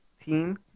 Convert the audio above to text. team